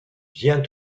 viens